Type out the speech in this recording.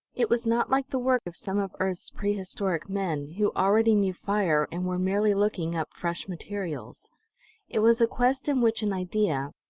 it was not like the work of some of earth's prehistoric men, who already knew fire and were merely looking up fresh materials it was a quest in which an idea,